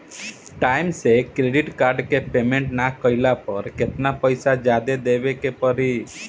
Time से credit card के payment ना कैला पर केतना पईसा जादे देवे के पड़ी?